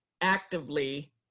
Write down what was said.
actively